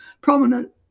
prominent